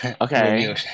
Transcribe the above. okay